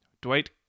dwight